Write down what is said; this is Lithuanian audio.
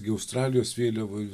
gi australijos vėliavoj